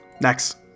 Next